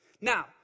Now